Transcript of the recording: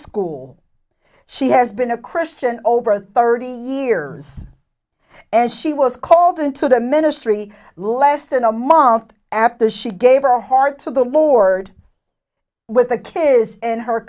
school she has been a christian over thirty years as she was called into the ministry less than a month after she gave her heart to the board with the kids and her